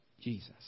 Jesus